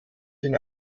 den